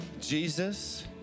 Jesus